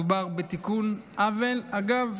מדובר בתיקון עוול, שאגב,